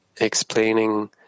explaining